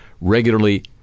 regularly